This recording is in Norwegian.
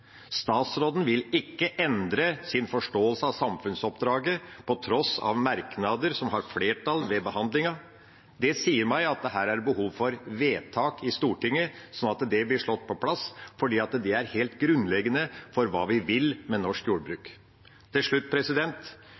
Statsråden vil ikke endre sin forståelse av samfunnsoppdraget, på tross av merknader som har flertall ved behandlingen. Det sier meg at det her er behov for vedtak i Stortinget, slik at det blir slått fast, for det er helt grunnleggende for hva vi vil med norsk jordbruk. Til slutt: